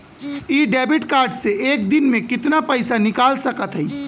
इ debit card से एक दिन मे कितना पैसा निकाल सकत हई?